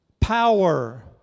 power